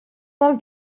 pel